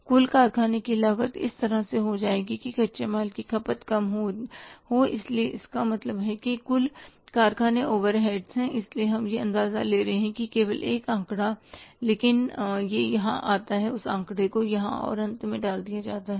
कुल कारखाने की लागत इस तरह से हो जाएगी कि कच्चे माल की खपत कम हो इसलिए इसका मतलब है कि कुल कारखाने ओवरहेड्स हैं इसलिए हम यह आंकड़ा ले रहे हैं केवल एक आंकड़ा लेकिन यह यहां आता है इस आंकड़े को यहां और अंत में डाल दिया जाएगा